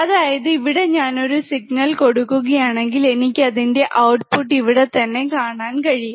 അതായത് ഇവിടെ ഞാനൊരു സിഗ്നൽ കൊടുക്കുകയാണെങ്കിൽ എനിക്ക് അതിൻറെ ഔട്ട്പുട്ട് ഇവിടെ തന്നെ കാണാൻ കഴിയും